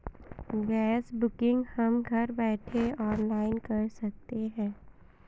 gas booking हम घर बैठे ऑनलाइन कर सकते है